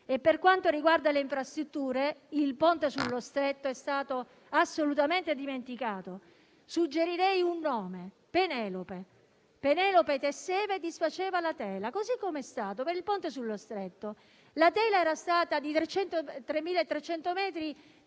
Per quanto riguarda le infrastrutture, il ponte sullo Stretto è stato assolutamente dimenticato. Suggerirei un nome: Penelope. Penelope tesseva e disfaceva la tela, così come è stato per il ponte sullo Stretto. La tela tessuta era di 3.300 metri,